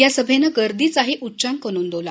या सभैनं गर्दीचाही उचचांक नोंदवला